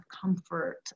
comfort